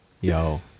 Yo